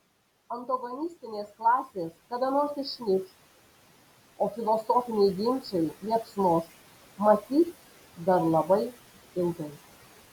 antagonistinės klasės kada nors išnyks o filosofiniai ginčai liepsnos matyt dar labai ilgai